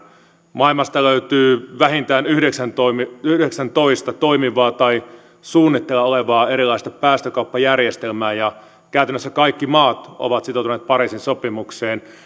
maailmasta löytyy vähintään yhdeksäntoista yhdeksäntoista toimivaa tai suunnitteilla olevaa erilaista päästökauppajärjestelmää ja käytännössä kaikki maat ovat sitoutuneet pariisin sopimukseen